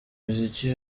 muziki